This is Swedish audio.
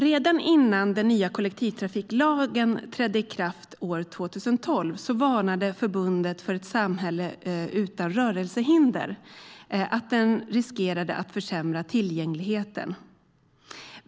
Redan innan den nya kollektivtrafiklagen trädde i kraft år 2012 varnade Förbundet för ett samhälle utan rörelsehinder för att den riskerade att försämra tillgängligheten.